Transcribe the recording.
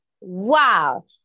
wow